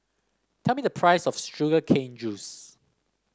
tell me the price of Sugar Cane Juice